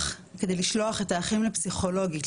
כדי לשלוח את האחים לפסיכולוגית,